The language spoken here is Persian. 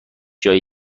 جای